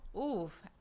oof